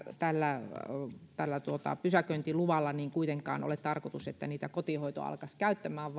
tällä tällä pysäköintiluvalla ei kuitenkaan ole tarkoitus että kotihoito alkaisi käyttämään